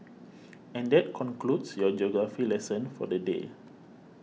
and that concludes your geography lesson for the day